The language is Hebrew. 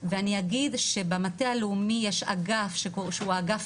ואני אגיד שבמטה הלאומי יש אגף שהוא האגף